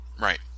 Right